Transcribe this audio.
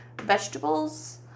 vegetables